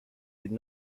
did